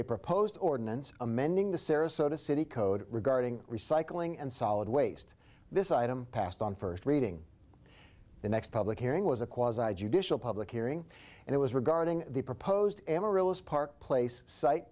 a proposed ordinance amending the sarasota city code regarding recycling and solid waste this item passed on first reading the next public hearing was a cause a judicial public hearing and it was regarding the proposed amaryllis park place site